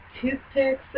Toothpicks